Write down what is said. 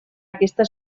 aquesta